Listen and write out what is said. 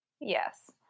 yes